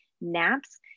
naps